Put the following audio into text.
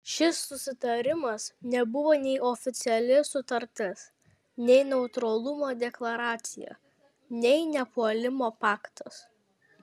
šis susitarimas nebuvo nei oficiali sutartis nei neutralumo deklaracija nei nepuolimo paktas